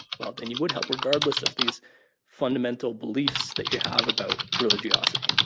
well, then you would help regardless of these fundamental beliefs that you have about religiosity